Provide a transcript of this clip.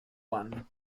one